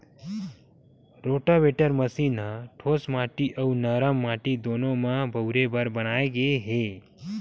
rotavator मसीन ह ठोस माटी अउ नरम माटी दूनो म बउरे बर बनाए गे हे